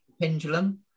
Pendulum